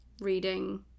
reading